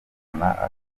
akaramata